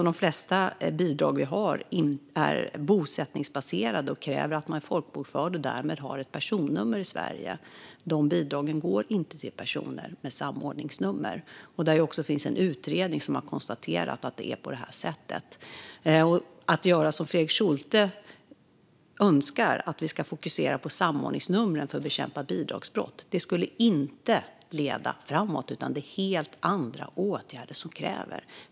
De flesta bidrag vi har är bosättningsbaserade och kräver att man är folkbokförd och därmed har ett personnummer i Sverige, och de bidragen går inte till personer med samordningsnummer. Det finns en utredning som har konstaterat att det är på det sättet. Att göra som Fredrik Schulte önskar, det vill säga fokusera på samordningsnumren för att bekämpa bidragsbrott, skulle inte leda framåt. Det är helt andra åtgärder som krävs.